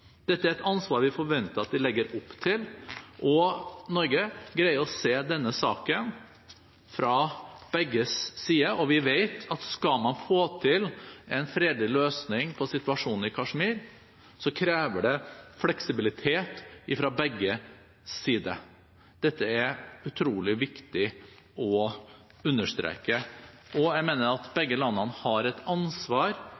Dette er et ansvar vi forventer at de legger opp til. Norge greier å se denne saken fra begges side, og vi vet at skal man få til en fredelig løsning på situasjonen i Kashmir, krever det fleksibilitet fra begges side. Dette er utrolig viktig å understreke. Jeg mener at